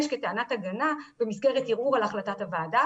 כטענת הגנה במסגרת ערעור על החלטת הוועדה.